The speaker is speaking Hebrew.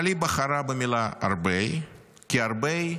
אבל היא בחרה במילה "הרבה", כי "הרבה"